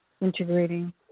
integrating